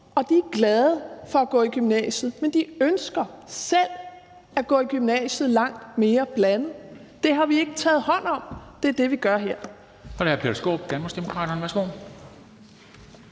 Og de er glade for at gå i gymnasiet, men de ønsker selv at gå på et langt mere blandet gymnasium. Det har vi ikke taget hånd om. Det er det, vi gør her.